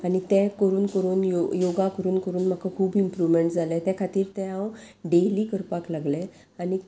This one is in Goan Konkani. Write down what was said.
आनी तें करून करून यो योगा करून करून म्हाका खूब इमप्रूवमेंट जालें त्या खातीर तें हांव डेली करपाक लागलें आनी